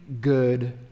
good